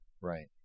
Right